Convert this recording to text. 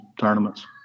tournaments